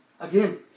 Again